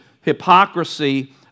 hypocrisy